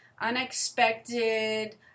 unexpected